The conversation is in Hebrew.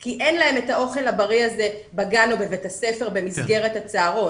כי אין להם את האוכל הבריא הזה בגן או בבית הספר במסגרת הצהרון.